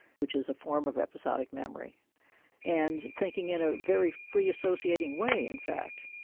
which is a form of episodic memory and thinking in a very free associating way, in fact.